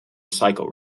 cycle